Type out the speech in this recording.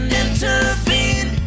intervene